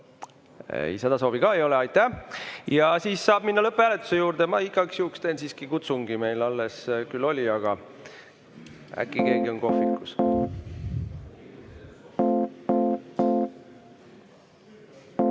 Seda soovi ka ei ole. Aitäh! Siis saab minna lõpphääletuse juurde. Ma igaks juhuks teen siiski kutsungi, meil alles küll oli, aga äkki keegi on kohvikus. Head